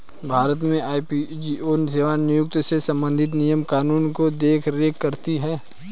भारत में ई.पी.एफ.ओ सेवानिवृत्त से संबंधित नियम कानून की देख रेख करती हैं